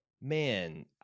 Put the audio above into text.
man